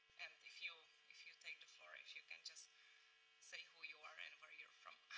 if you if you take the floor, if you can just say who you are and where you are from.